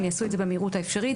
הם יעשו את זה במהירות האפשרית.